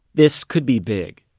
this could be big.